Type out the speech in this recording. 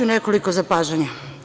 nekoliko zapažanja.